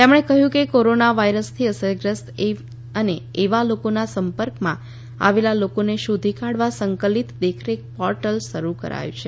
તેમણે કહ્યું કે કોરોના વાયરસથી અસરગ્રસ્ત અને એવા લોકોના સંપર્કમાં આવેલા લોકોને શોધી કાઢવા સંકલીત દેખરેખ પોર્ટલ શરૂ કરાયું છે